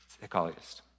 Psychologist